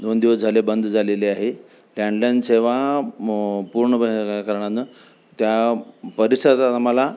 दोन दिवस झाले बंद झालेली आहे लँडलाईन सेवा पूर्ण कारणानं त्या परिसरात आम्हाला